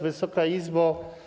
Wysoka Izbo!